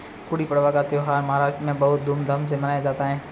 गुड़ी पड़वा का त्यौहार महाराष्ट्र में बहुत धूमधाम से मनाया जाता है